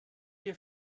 hier